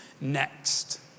next